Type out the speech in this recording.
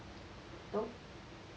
nope